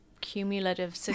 cumulative